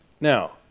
Now